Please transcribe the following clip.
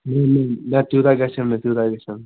ہَے نہَ نہَ نہَ تیٛوٗتاہ گژھٮ۪م نہَ تیٛوٗتاہ گژھٮ۪م نہٕ